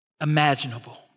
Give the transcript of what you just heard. imaginable